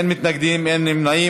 אין מתנגדים ואין נמנעים,